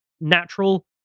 natural